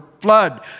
flood